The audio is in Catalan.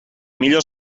millor